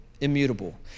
Immutable